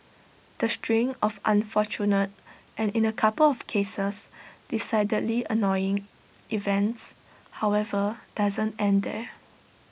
the string of unfortunate and in A couple of cases decidedly annoying events however doesn't end there